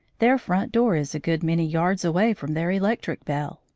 their front door is a good many yards away from their electric bell,